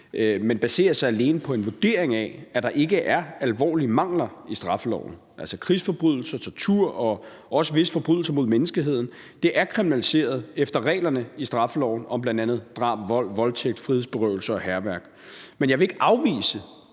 men baserer sig alene på en vurdering af, at der ikke er alvorlige mangler i straffeloven. Altså, krigsforbrydelser, tortur og også visse forbrydelser imod menneskeheden er kriminaliseret efter reglerne i straffeloven om bl.a. drab, vold, voldtægt, frihedsberøvelser og hærværk. Men jeg vil ikke afvise